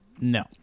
No